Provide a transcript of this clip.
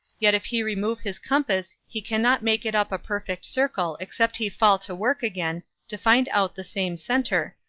yet if he remove his compass he cannot make it up a perfect circle except he fall to work again, to find out the same centre,